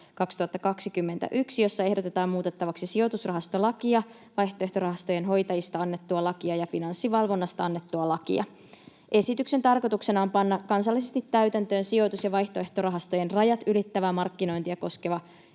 110/2021, jossa ehdotetaan muutettavaksi sijoitusrahastolakia, vaihtoehtorahastojen hoitajista annettua lakia ja Finanssivalvonnasta annettua lakia. Esityksen tarkoituksena on panna kansallisesti täytäntöön sijoitus‑ ja vaihtoehtorahastojen rajat ylittävää markkinointia koskeva